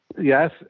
Yes